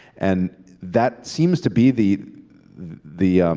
and that seems to be the the